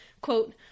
Quote